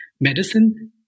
medicine